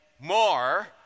more